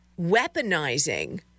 weaponizing